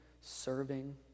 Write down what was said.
serving